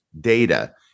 data